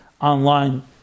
online